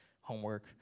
homework